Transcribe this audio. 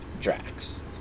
Drax